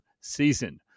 season